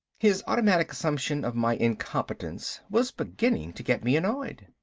his automatic assumption of my incompetence was beginning to get me annoyed.